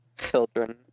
Children